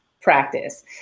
practice